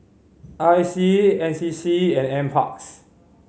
I C N C C and Nparks